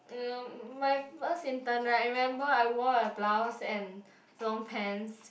uh my first intern right I remember I wore a blouse and long pants